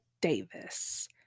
Davis